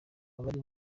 abari